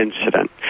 incident